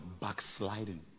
backsliding